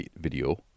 video